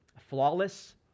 flawless